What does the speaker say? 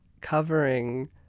covering